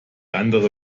andere